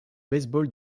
baseball